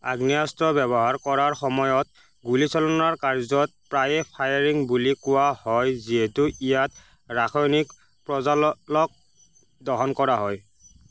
আগ্নেয়াস্ত্ৰ ব্যৱহাৰ কৰাৰ সময়ত গুলীচালনাৰ কাৰ্য্যক প্ৰায়ে ফায়াৰিং বুলি কোৱা হয় যিহেতু ইয়াত ৰাসায়নিক প্ৰজ্বালক দহন কৰা হয়